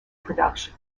production